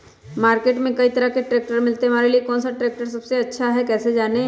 Market में कई तरह के ट्रैक्टर मिलते हैं हमारे लिए कौन सा ट्रैक्टर सबसे अच्छा है कैसे जाने?